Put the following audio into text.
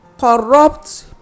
corrupt